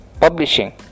publishing